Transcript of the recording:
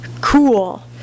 Cool